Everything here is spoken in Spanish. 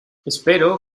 espero